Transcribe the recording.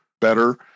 better